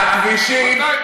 מתי,